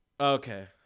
Okay